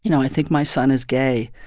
you know i think my son is gay.